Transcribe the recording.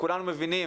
כולנו מבינים